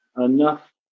enough